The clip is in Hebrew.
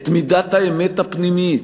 את מידת האמת הפנימית,